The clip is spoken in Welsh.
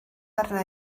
arna